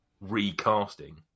recasting